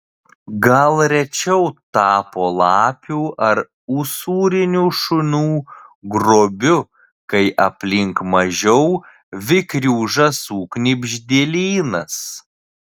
gal rečiau tapo lapių ar usūrinių šunų grobiu kai aplink mažiau vikrių žąsų knibždėlynas